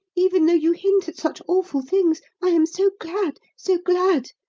even though you hint at such awful things, i am so glad, so glad!